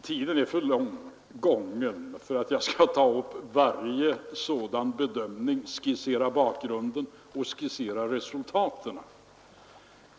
Tiden är dock för långt gången för att jag skall kunna ta upp varje sådan bedömning samt skissera bakgrund och resultat.